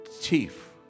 chief